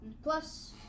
Plus